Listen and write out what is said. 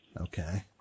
Okay